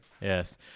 Yes